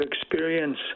experience